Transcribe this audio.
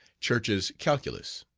church's calculus.